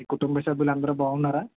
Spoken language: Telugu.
మీ కుటుంబ సభ్యులు అందరూ బాగున్నారా